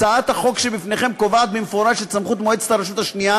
הצעת החוק שבפניכם קובעת במפורש את סמכות מועצת הרשות השנייה